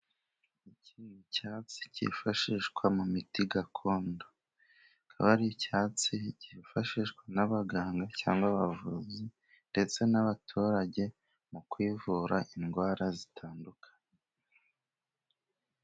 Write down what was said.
Iki cyatsi cyifashishwa mu miti gakondoba, akaba ari icyatsi cyifashishwa n'abaganga cyangwa abavuzi, ndetse n'abaturage mu kwivura indwara zitandukanye.